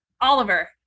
Oliver